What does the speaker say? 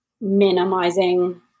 minimizing